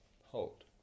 Hold